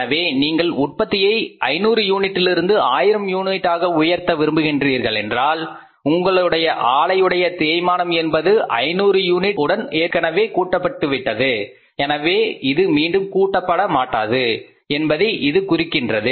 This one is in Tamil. எனவே நீங்கள் உற்பத்தியை 500 யூனிட்டில் இருந்து 1000 யூனிட்டாக உயர்த்த விரும்புகிறீர்களென்றால் உங்களுடைய ஆலையுடைய தேய்மானம் என்பது 500 யூனிட் உடன் ஏற்கனவே கூட்டப்பட்டது எனவே இது மீண்டும் கூட்டபடமாட்டாது என்பதை இது குறிக்கின்றது